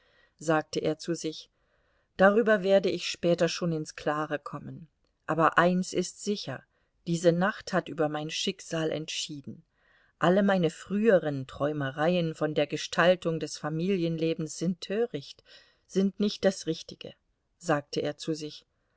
sagte er zu sich darüber werde ich später schon ins klare kommen aber eins ist sicher diese nacht hat über mein schicksal entschieden alle meine früheren träumereien von der gestaltung des familienlebens sind töricht sind nicht das richtige sagte er zu sich